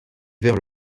vers